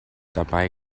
dabei